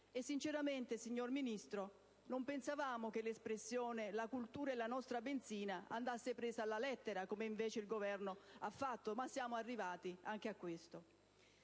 Sinceramente non pensavamo che l'espressione «la cultura è la nostra benzina» andasse presa alla lettera, come invece il Governo ha fatto, ma siamo arrivati anche a questo.